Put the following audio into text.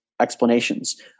explanations